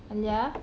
aliyah